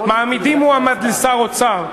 מעמידים מועמד לשר אוצר.